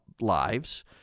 lives